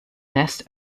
nest